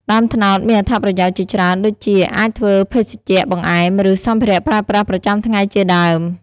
ដើមត្នោតមានអត្តប្រយោជន៍ជាច្រើនដូចជា អាចធ្វើភេសជ្ជៈ បង្អែម ឬ សម្ភារៈប្រើប្រាស់ប្រចាំថ្ងៃជាដើម។